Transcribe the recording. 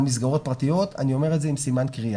מסגרות פרטיות ואני אומר את זה עם סימן קריאה.